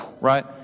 right